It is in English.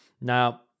Now